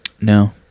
No